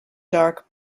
dark